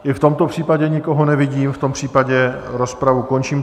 I v tomto případě nikoho nevidím, v tom případě rozpravu končím.